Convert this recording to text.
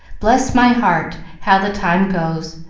bless my heart, how the time goes!